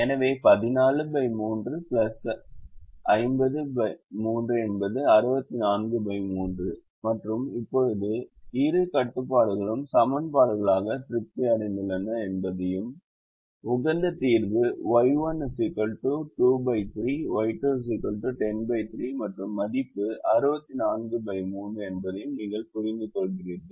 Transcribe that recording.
எனவே 143 503 என்பது 643 மற்றும் இப்போது இரு கட்டுப்பாடுகளும் சமன்பாடுகளாக திருப்தி அடைந்துள்ளன என்பதையும் உகந்த தீர்வு Y1 23 Y2 103 மற்றும் மதிப்பு 643 என்பதையும் நீங்கள் புரிந்துகொள்கிறீர்கள்